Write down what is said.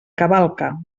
cavalca